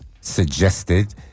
suggested